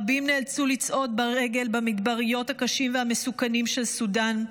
רבים נאלצו לצעוד ברגל במדבריות הקשים והמסוכנים של סודאן,